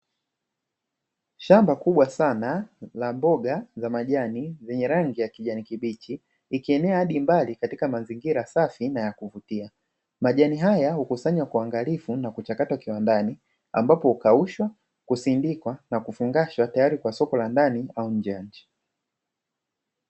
Shamba kubwa sana la mboga za majani zenye rangi ya kijani kibichi, ikienea hadi mbali katika mazingira safi na ya kuvutia. Majani haya hukusanywa kuangalifu na kuchakatwa kiwandani ambapo hukaushwa, kusindikwa na kufungashwa tayari kwa soko la ndani au nje ya nchi.